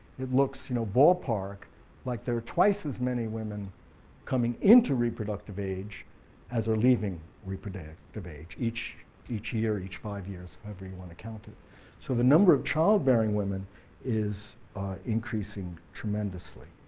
it looks you know ballpark like there are twice as many women coming into reproductive age as are leaving reproductive age, each each year, each five years however you want to count it. so the number of childbearing women is increasing tremendously.